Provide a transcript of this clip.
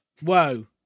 Whoa